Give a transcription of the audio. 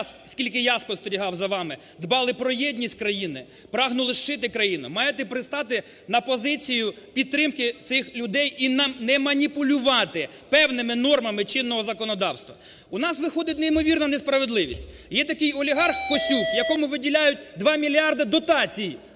скільки я спостерігав за вами, дбали про єдність країни, прагнули "зшити" країну, маєте пристати на позицію підтримки цих людей. І не маніпулювати певними нормами чинного законодавства. У нас виходить неймовірна несправедливість. Є такий олігарх Косюк, якому виділяють 2 мільярда дотацій